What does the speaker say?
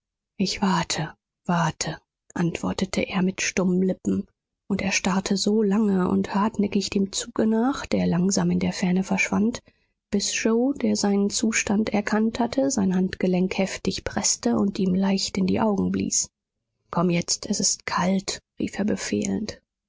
ich warte warte antwortete er mit stummen lippen und er starrte so lange und hartnäckig dem zuge nach der langsam in der ferne verschwand bis yoe der seinen zustand erkannt hatte sein handgelenk heftig preßte und ihm leicht in die augen blies komm jetzt es ist kalt rief er befehlend